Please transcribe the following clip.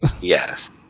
yes